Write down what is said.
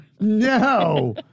No